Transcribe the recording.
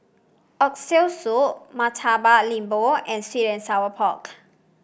Oxtail Soup Murtabak Lembu and sweet and Sour Pork